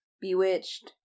bewitched